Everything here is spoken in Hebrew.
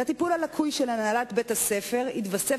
לטיפול הלקוי של הנהלת בית-הספר התווסף